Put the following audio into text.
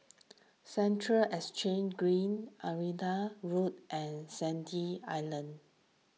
Central Exchange Green Irrawaddy Road and Sandy Island